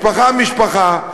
משפחה-משפחה,